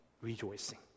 rejoicing